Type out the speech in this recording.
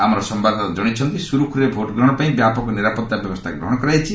ଆମର ସମ୍ଭାଦଦାତା ଜଣାଇଛନ୍ତି ସୁରୁଖୁରୁରେ ଭୋଟ୍ ଗ୍ରହଣ ପାଇଁ ବ୍ୟାପକ ନିରାପତ୍ତା ବ୍ୟବସ୍ଥା ଗ୍ରହଣ କରାଯାଇଛି